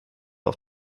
auf